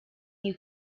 new